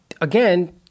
again